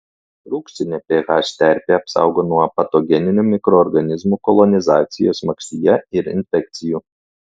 rūgštinė ph terpė apsaugo nuo patogeninių mikroorganizmų kolonizacijos makštyje ir infekcijų